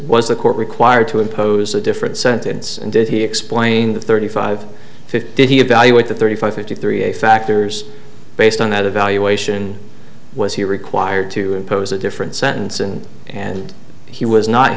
the court required to impose a different sentence and did he explain the thirty five fifty evaluate the thirty five fifty three a factors based on that evaluation was he required to impose a different sentence and and he was not